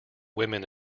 women